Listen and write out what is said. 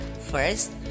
First